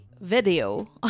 video